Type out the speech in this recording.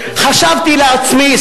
חשבתי לעצמי,